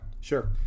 sure